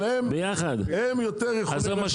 אבל הם יותר יכולים,